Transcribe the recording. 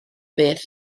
beth